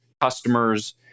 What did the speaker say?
customers